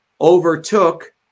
overtook